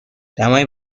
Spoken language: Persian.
دمای